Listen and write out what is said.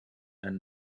and